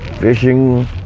fishing